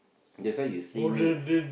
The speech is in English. that's why you see me